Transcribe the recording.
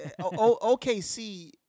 OKC